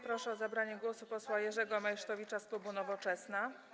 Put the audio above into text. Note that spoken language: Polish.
Proszę o zabranie głosu posła Jerzego Meysztowicza z klubu Nowoczesna.